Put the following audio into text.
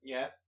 Yes